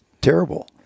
terrible